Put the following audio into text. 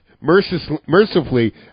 mercifully